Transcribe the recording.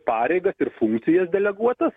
pareigas ir funkcijas deleguotas